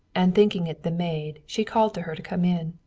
and thinking it the maid she called to her to come in.